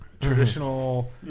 traditional